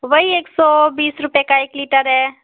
वही एक सौ बीस रुपये का एक लीटर है